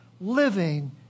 living